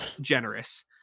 generous